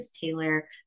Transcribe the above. Taylor